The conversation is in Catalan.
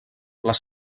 les